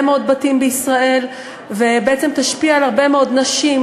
מאוד בתים בישראל ותשפיע על הרבה נשים,